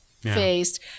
faced